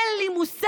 אין לי מושג,